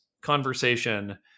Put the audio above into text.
conversation